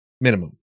minimum